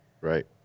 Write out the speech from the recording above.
Right